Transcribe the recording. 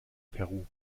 peru